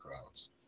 crowds